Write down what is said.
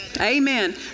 Amen